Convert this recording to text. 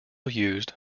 used